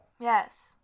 Yes